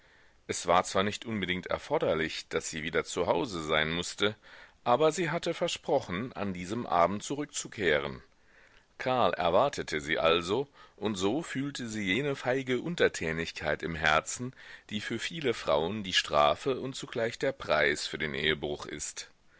es war zwar nicht unbedingt erforderlich daß sie wieder zu hause sein mußte aber sie hatte versprochen an diesem abend zurückzukehren karl erwartete sie also und so fühlte sie jene feige untertänigkeit im herzen die für viele frauen die strafe und zugleich der preis für den ehebruch ist